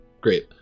Great